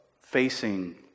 facing